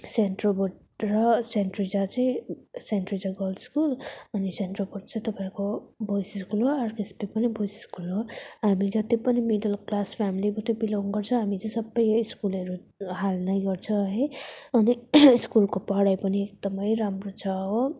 saint Robert र saint Teresa चाहिँ saint Teresa girl school अनि सेन्ट रोबोट चाहिँ तपाईँको बोइस स्कुल हो आरकेएसपी पनि बोइस स्कुल हो हामी जति पनि मिडल क्लास फेमिलीबाट बिलोङ गर्छ हामी चाहिँ सबै यही स्कुलहरू हाल्ने गर्छ है अनि स्कुलको पढाइ पनि एकदमै राम्रो छ हो